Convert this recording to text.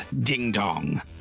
ding-dong